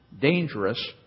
dangerous